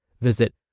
Visit